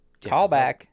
Callback